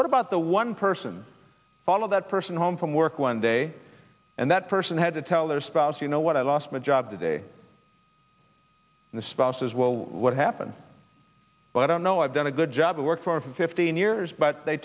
what about the one person follow that person home from work one day and that person had to tell their spouse you know what i lost my job today the spouse as well what happened but i don't know i've done a good job of work for fifteen years but they